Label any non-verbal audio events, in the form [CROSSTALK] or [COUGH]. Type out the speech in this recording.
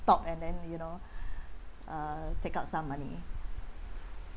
talk and then you know [BREATH] uh take out some money